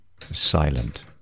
silent